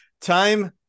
Time